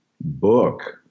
book